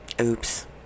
oops